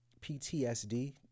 PTSD